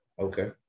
Okay